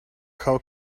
how